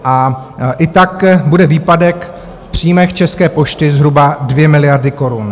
A i tak bude výpadek v příjmech České pošty zhruba 2 miliardy korun.